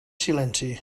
silenci